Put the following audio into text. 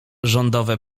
rządowe